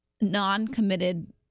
Non-committed